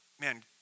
man